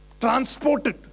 transported